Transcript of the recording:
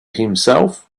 himself